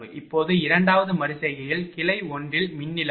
இப்போது இரண்டாவது மறு செய்கையில் கிளை ஒன்றில் மின் இழப்பு